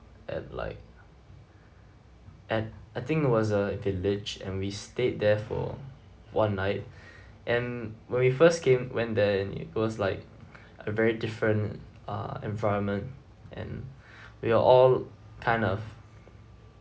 at like at I think it was a village and we stayed there for one night and when we first came went there it was like a very different ah environment and we're all kind of